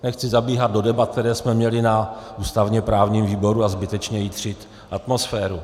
Nechci zabíhat do debat, které jsme měli na ústavněprávním výboru, a zbytečně jitřit atmosféru.